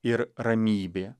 ir ramybė